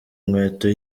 inkweto